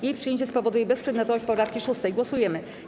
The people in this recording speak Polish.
Jej przyjęcie spowoduje bezprzedmiotowość poprawki 6. Głosujemy.